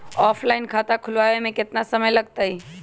Offline खाता खुलबाबे में केतना समय लगतई?